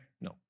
No